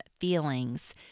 feelings